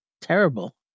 terrible